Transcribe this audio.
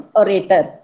orator